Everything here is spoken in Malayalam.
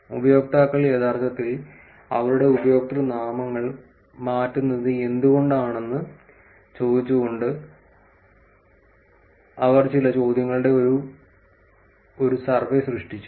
ഉപയോക്താക്കൾ യഥാർത്ഥത്തിൽ അവരുടെ ഉപയോക്തൃനാമങ്ങൾ മാറ്റുന്നത് എന്തുകൊണ്ടാണെന്ന് ചോദിച്ചുകൊണ്ട് അവൾ ചില ചോദ്യങ്ങളോടെ ഒരു സർവേ സൃഷ്ടിച്ചു